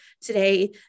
today